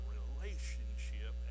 relationship